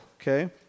okay